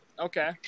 Okay